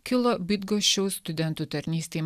kilo bydgoščiaus studentų tarnystei